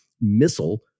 missile